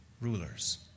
rulers